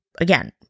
again